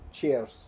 Cheers